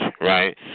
right